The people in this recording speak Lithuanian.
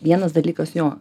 vienas dalykas jo